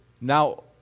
now